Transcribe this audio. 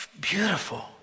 beautiful